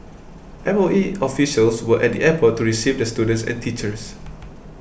M O E officials were at the airport to receive the students and teachers